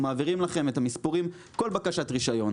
אנחנו מעבירים לכם את המספורים וכל בקשת רישיון,